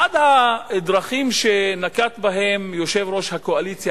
אחת הדרכים שנקט יושב-ראש הקואליציה